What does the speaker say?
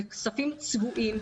אלה כספים צבועים,